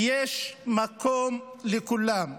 יש מקום לכולם,